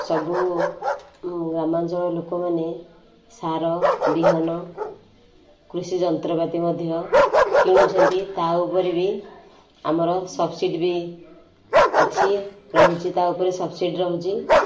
ସବୁ ଗ୍ରାମାଞ୍ଚଳ ଲୋକମାନେ ସାର ବିହନ କୃଷିଯନ୍ତ୍ରପାତି ମଧ୍ୟ କିଣିଛନ୍ତି ତା'ଉପରେ ବି ଆମର ସବସିଡ଼ି ବି ଅଛି ରହୁଛି ତା ଉପରେ ସବସିଡ଼ି ରହୁଛି